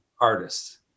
artists